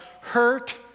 hurt